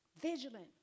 Vigilant